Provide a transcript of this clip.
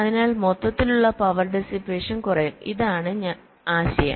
അതിനാൽ മൊത്തത്തിലുള്ള power dissipation കുറയും ഇതാണ് ആശയം